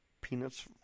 Peanuts